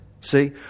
See